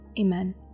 Amen